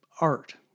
art